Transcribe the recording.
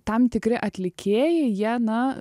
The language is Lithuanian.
tam tikri atlikėjai jie na